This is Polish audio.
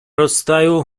rozstaju